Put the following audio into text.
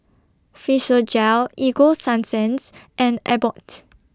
Physiogel Ego Sunsense and Abbott